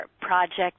project